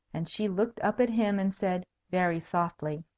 and she looked up at him and said, very softly,